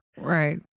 Right